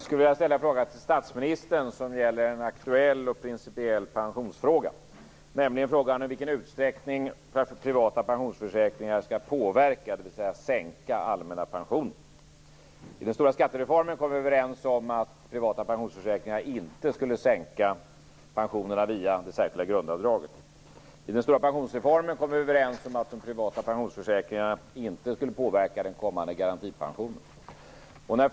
Fru talman! Jag vill ställa en fråga till statsministern som gäller en aktuell och principiell pensionsfråga, nämligen frågan om i vilken utsträckning privata pensionsförsäkringar skall påverka, dvs. sänka, den allmänna pensionen. I den stora skattereformen kom vi överens om att privata pensionsförsäkringar inte skulle sänka pensionerna via det särskilda grundavdraget. Vi kom också överens om att privata pensionsförsäkringar inte skulle påverka den kommande garantipensionen.